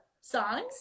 songs